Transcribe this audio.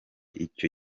icyo